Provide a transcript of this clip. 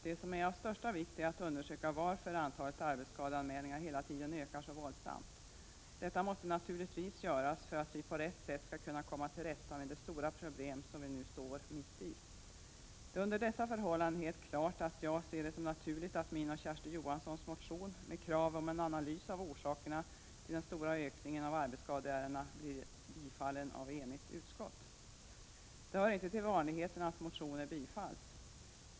Det som är av största vikt är att undersöka varför antalet arbetsskadeanmälningar hela tiden ökar så våldsamt som det gör. Detta måste naturligtvis göras för att vi på rätt sätt skall kunna lösa de stora problem som vi nu står mitt i. Det är under dessa förhållanden helt klart att jag ser det som naturligt att min och Kersti Johanssons motion med krav på en analys av orsakerna till den stora ökningen av arbetsskadeärenden blir tillstyrkt av ett enigt utskott. Det hör inte till vanligheterna att motioner tillstyrks.